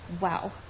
Wow